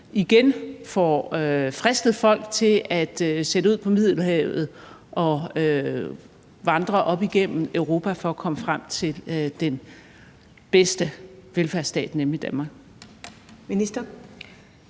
igen får fristet folk til at sætte ud på Middelhavet og vandre op igennem Europa for at komme frem til den bedste velfærdsstat, nemlig Danmark?